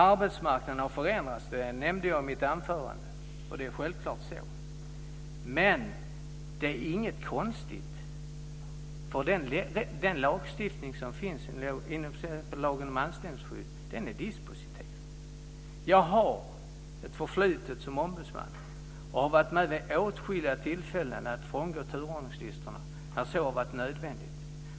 Arbetsmarknaden har förändrats. Det nämnde jag i mitt anförande. Självfallet är det så. Men det är inget konstigt, för den lagstiftning som finns inom t.ex. lagen om anställningsskydd är dispositiv. Jag har ett förflutet som ombudsman. Vid åtskilliga tillfällen har jag varit med om att man frångått turordningslistorna när det har varit nödvändigt.